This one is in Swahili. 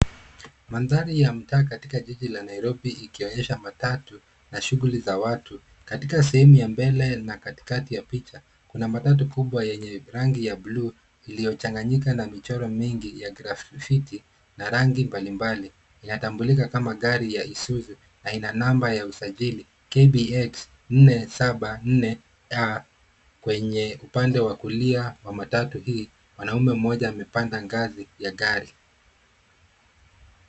Mandhari ya mtaa katika jiji la Nairobi ikionyesha matatu na shughuli za watu katika sehemu ya mbele na katikati ya picha kuna matatu kubwa yenye rangi ya buluu iliyochanganyika na michoro mingi ya grafiki na rangi mbalimbali inatambulika kama gari ya isuzu na ina namba ya usajili KBX 474A. Kwenye upande wa kulia wa matatu hili mwanaume mmoja amepanda ngazi ya gari.